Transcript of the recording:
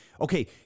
Okay